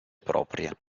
propria